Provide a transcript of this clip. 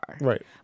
right